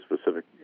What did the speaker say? specific